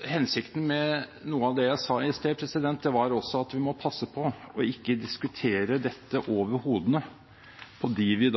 Hensikten med noe av det jeg sa i sted var også at vi må passe på ikke å diskutere dette over hodene på dem vi